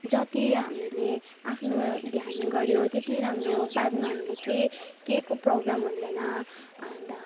जति हामीले आफ्नो ध्यान गर्यो त्यति राम्रो बादमा हामीले केही केहीको प्रब्लम हुँदैन अन्त